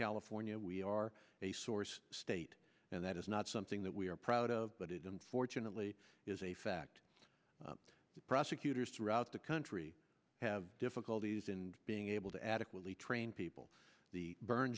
california we are a source state and that is not something that we are proud of but it unfortunately is a fact that prosecutors throughout the country have difficulties in being able to adequately train people the burn